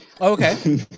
Okay